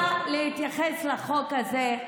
ואני רוצה להתייחס לחוק הזה.